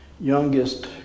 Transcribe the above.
youngest